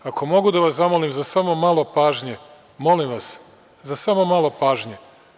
Ako mogu da vas zamolim za samo malo pažnje, molim vas, za samo malo pažnje.